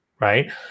right